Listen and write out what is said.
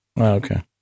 okay